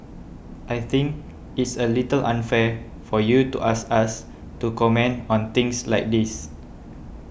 I think it's a little unfair for you to ask us to comment on things like this